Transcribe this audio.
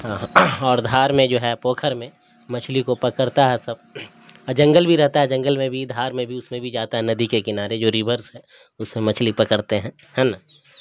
اور دھار میں جو ہے پوکھر میں مچھلی کو پکڑتا ہے سب اور جنگل بھی رہتا ہے جنگل میں بھی دھار میں بھی اس میں بھی جاتا ہے ندی کے کنارے جو ریورس ہے اس میں مچھلی پکڑتے ہیں ہے نا